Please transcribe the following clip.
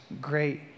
great